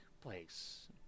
place